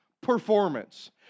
performance